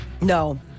no